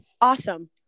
Awesome